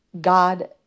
God